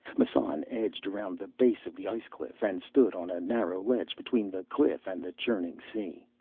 massan edged around the base of the ice cliff, and stood on a narrow ledge between the cliff and the churning sea.